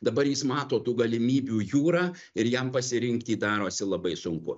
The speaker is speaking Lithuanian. dabar jis mato tų galimybių jūrą ir jam pasirinkti darosi labai sunku